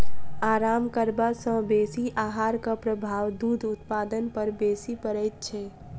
आराम करबा सॅ बेसी आहारक प्रभाव दूध उत्पादन पर बेसी पड़ैत छै